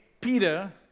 Peter